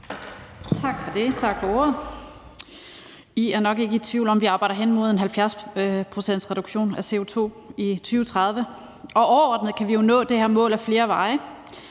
Tak for det, og tak for ordet. I er nok ikke i tvivl om, at vi arbejder hen imod en 70-procentsreduktion af CO2 i 2030, og overordnet kan vi jo nå det her mål ad flere veje.